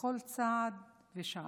בכל צעד ושעל,